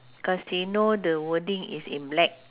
casino the wording is in black